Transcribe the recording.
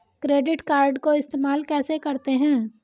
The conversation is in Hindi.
क्रेडिट कार्ड को इस्तेमाल कैसे करते हैं?